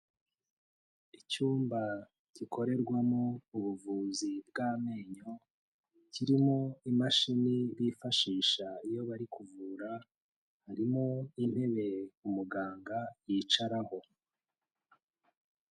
Icyumba gikorerwamo ubuvuzi bw'amenyo, kirimo imashini bifashisha iyo bari kuvura, harimo intebe umuganga yicaraho.